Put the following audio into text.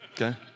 okay